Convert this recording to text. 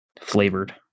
Flavored